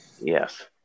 Yes